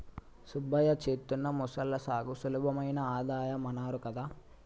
సుబ్బయ్య చేత్తున్న మొసళ్ల సాగు సులభమైన ఆదాయ వనరు కదా